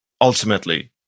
ultimately